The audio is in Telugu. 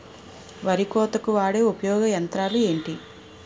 వరి కోతకు వాడే ఉపయోగించే యంత్రాలు ఏంటి?